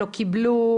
לא קיבלו,